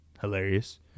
hilarious